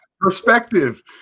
Perspective